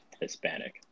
Hispanic